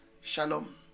Shalom